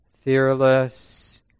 fearless